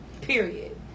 period